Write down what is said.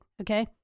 okay